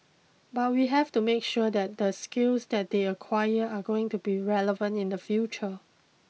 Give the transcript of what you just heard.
but we have to make sure that the skills that they acquire are going to be relevant in the future